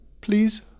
please